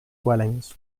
dwellings